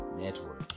Network